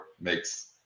makes